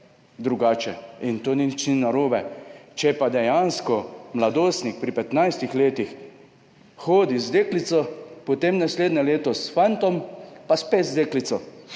drugače, in to ni nič narobe, če pa dejansko mladostnik pri 15 letih hodi z deklico, potem naslednje leto s fantom, pa spet z deklico,